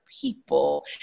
people